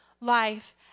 life